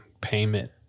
payment